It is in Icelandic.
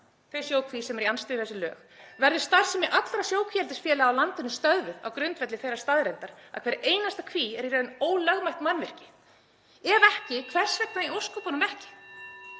þessi lög fjarlægðar á kostnað eigenda? Verður starfsemi allra sjókvíaeldisfélaga á landinu stöðvuð á grundvelli þeirrar staðreyndar að hver einasta kví er í raun ólögmætt mannvirki? Ef ekki, hvers vegna í ósköpunum ekki?